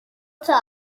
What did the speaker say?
اتاق